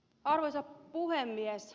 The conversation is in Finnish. arvoisa puhemies